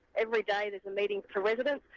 every day there's a meeting through evidence,